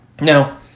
Now